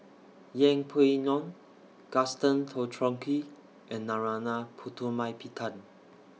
Yeng Pway Ngon Gaston Dutronquoy and Narana Putumaippittan